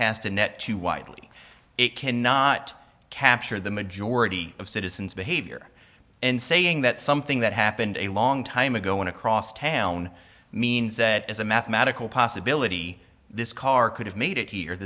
the net too widely it cannot capture the majority of citizens behavior and saying that something that happened a long time ago in across town means that as a mathematical possibility this car could have made it